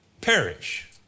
perish